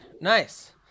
Nice